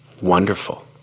Wonderful